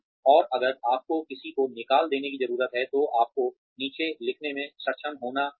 और अगर आपको किसी को निकाल देने की ज़रूरत है तो आपको नीचे लिखने में सक्षम होना चाहिए